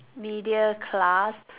media class